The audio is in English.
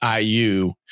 IU